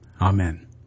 Amen